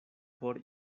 por